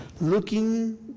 looking